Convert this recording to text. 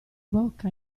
bocca